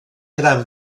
gran